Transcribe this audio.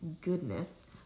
goodness